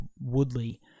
Woodley